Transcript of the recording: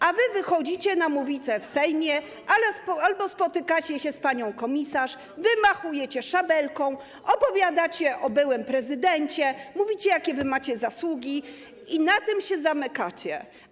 A wy wychodzicie na mównicę w Sejmie albo spotykacie się z panią komisarz, wymachujecie szabelką, opowiadacie o byłym prezydencie, mówicie, jakie wy macie zasługi i na więcej się zamykacie.